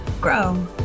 Grow